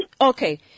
Okay